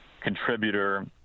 contributor